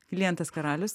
klientas karalius